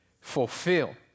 fulfill